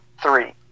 three